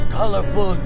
colorful